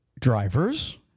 Drivers